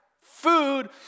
food